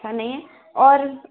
ऐसा नहीं है और